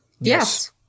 Yes